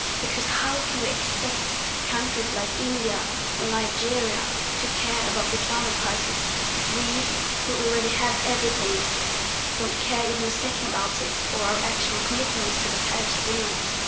because how can we expect countries like india or nigeria to care about the climate crisis if we who already have everything don't care even a second about it or our actual commitments to the paris agreement?